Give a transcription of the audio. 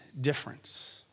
difference